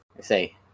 Say